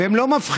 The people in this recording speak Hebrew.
הם לא מבחינים,